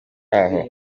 aho